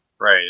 right